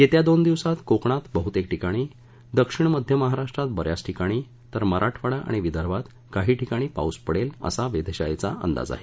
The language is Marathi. येत्या दोन दिवसात कोकणात बहुतेक ठिकाणी दक्षिण मध्य महाराष्ट्रात ब याच ठिकाणी तर मराठवाडा आणि विदर्भात काही ठिकाणी पाऊस पडेल असा वेधशाळेचा अंदाज आहे